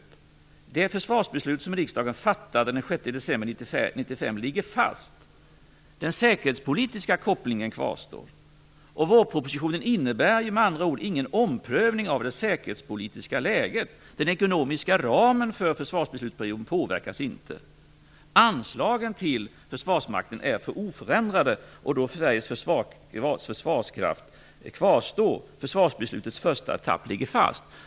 Det försvarsbeslut som riksdagen fattade den 6 december 1995 ligger fast. Den säkerhetspolitiska kopplingen kvarstår. Vårpropositionen innebär med andra ord ingen omprövning av det säkerhetspolitiska läget. Den ekonomiska ramen för försvarsbeslutsperioden påverkas inte. Anslagen till Försvarsmakten är oförändrade, och Sveriges försvarskraft kvarstår. Försvarsbeslutets första etapp ligger fast.